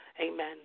Amen